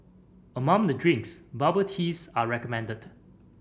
among the drinks bubble teas are recommended